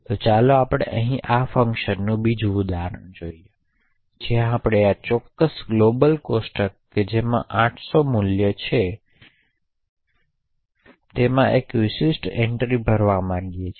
તો ચાલો આપણે અહીં આ ફંકશનનું બીજું ઉદાહરણ જોઈએ જ્યાં આપણે આ ચોક્કસ ગ્લોબલ કોષ્ટક જેમાં 800 મૂલ્યો છે તેમાં એક વિશિષ્ટ એન્ટ્રી ભરવા માગીએ છીએ